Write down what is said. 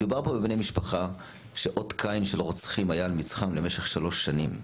מדובר פה בבני משפחה שאות קין של רוצחים היה מצחם למשל שלוש שנים,